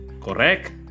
Correct